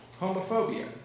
homophobia